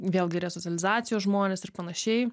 vėlgi resocializacijos žmonės ir panašiai